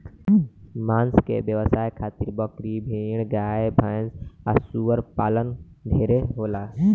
मांस के व्यवसाय खातिर बकरी, भेड़, गाय भैस आ सूअर पालन ढेरे होला